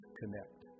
connect